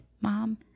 mom